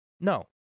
No